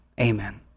Amen